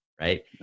right